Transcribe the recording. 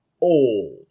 Old